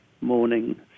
morning